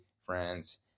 friends